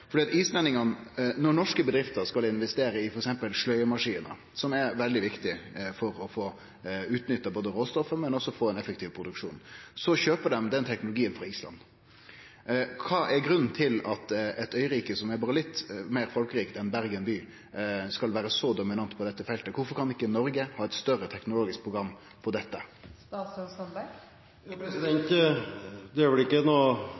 veldig viktig for å få utnytta råstoffet, men også for å få ein effektiv produksjon, så kjøper dei den teknologien frå Island. Kva er grunnen til at eit øyrike som er berre litt meir folkerikt enn Bergen by, skal vere så dominant på dette feltet? Kvifor kan ikkje Noreg ha eit større teknologisk program for dette? Det er vel ikke noen overraskelse at jeg er uenig med representanten i innledningen. Jeg tror at framtiden vil vise at vi har like